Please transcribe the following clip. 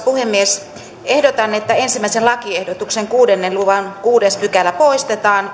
puhemies ehdotan että ensimmäisen lakiehdotuksen kuuden luvun kuudes pykälä poistetaan